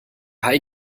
hai